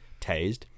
tased